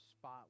spot